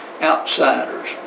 outsiders